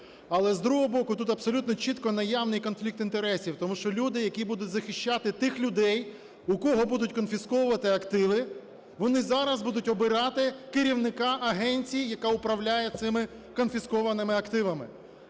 Але, з другого боку, тут абсолютно чітко наявний конфлікт інтересів, тому що люди, які будуть захищати тих людей, у кого будуть конфісковувати активи, вони зараз будуть обирати керівника агенції, яка управляє цими конфіскованими активами.